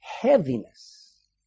Heaviness